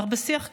אך בשיח כיום,